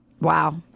Wow